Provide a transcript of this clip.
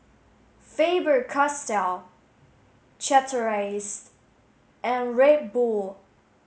Faber Castell Chateraise and Red Bull